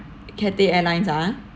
cathay airlines ah